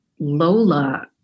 Lola